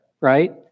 right